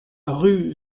rue